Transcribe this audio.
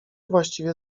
właściwie